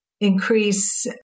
increase